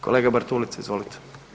Kolega Bartulica, izvolite.